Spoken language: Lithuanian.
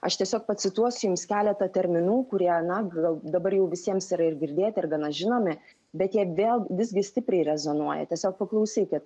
aš tiesiog pacituosiu jums keletą terminų kurie na gal dabar jau visiems yra ir girdėti ir gana žinomi bet jie vėl visgi stipriai rezonuoja tiesiog paklausykit